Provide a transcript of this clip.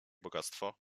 bogactwo